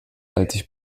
alt